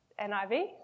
NIV